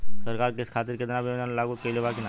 सरकार किसान खातिर बीमा योजना लागू कईले बा की ना?